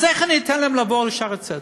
אז איך אני אתן להם לעבור ל"שערי צדק"?